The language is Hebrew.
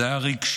זה היה רגשי,